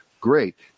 great